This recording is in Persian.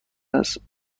است